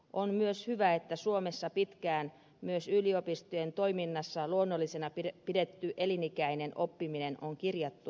on myös hyvä että suomessa pitkään myös yliopistojen toiminnassa luonnollisena pidetty elinikäinen oppiminen on kirjattu lakiehdotukseen